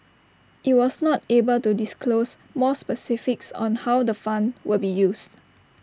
IT was not able to disclose more specifics on how the fund will be used